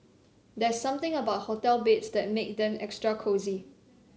there's something about hotel beds that make them extra cosy